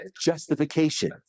justification